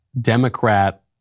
Democrat